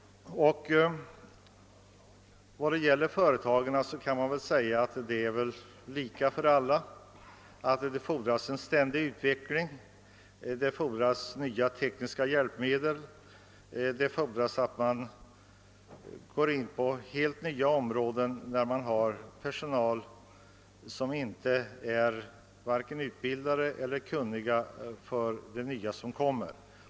Alla företag måste genomgå en ständig utveckling. Det fordras nya tekniska hjälpmedel, och man måste gå in på helt nya områden, men man har inte personal som är tillräckligt utbildad eller kunnig beträffande det nya som kommer.